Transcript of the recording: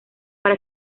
para